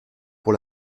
pour